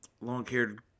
long-haired